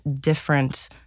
different